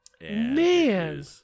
man